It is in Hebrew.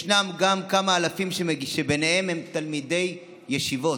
יש גם כמה אלפים שהם תלמידי ישיבות.